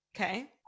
Okay